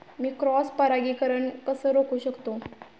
मी cross परागीकरण कसे रोखू शकतो?